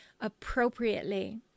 appropriately